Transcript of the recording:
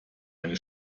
eine